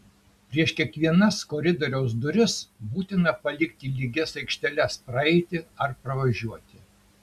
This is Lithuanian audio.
prieš kiekvienas koridoriaus duris būtina palikti lygias aikšteles praeiti ar pravažiuoti